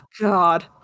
God